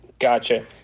Gotcha